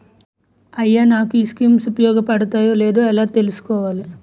అయ్యా నాకు ఈ స్కీమ్స్ ఉపయోగ పడతయో లేదో ఎలా తులుసుకోవాలి?